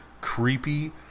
creepy